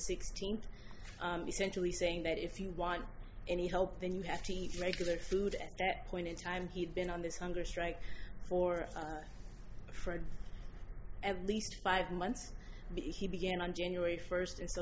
sixteen essentially saying that if you want any help then you have to eat regular food at that point in time he's been on this hunger strike for for at least five months he began on january first and so